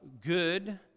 good